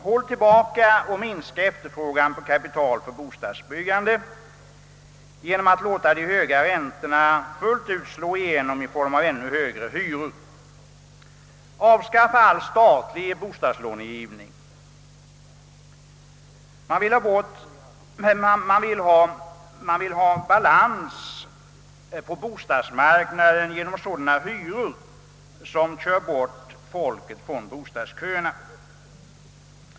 Håll tillbaka och minska efterfrågan på kapital för bostadsbyggandet genom att tillåta de höga räntorna att fullt ut slå igenom i form av ännu högre hyror. Avskaffa all statlig bostadslånegivning! Man vill ha balans på bostadsmarknaden genom sådana hyror som kör bort folket från bostadsköerna.